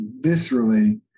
viscerally